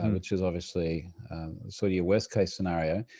which is obviously sort of your worst case scenario.